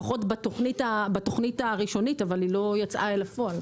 לפחות בתוכנית הראשונית אבל היא לא יצאה אל הפועל.